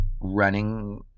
running